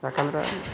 ಯಾಕಂದ್ರೆ